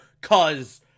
cause